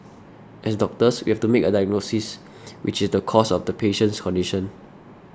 as doctors we have to make a diagnosis which is the cause of the patient's condition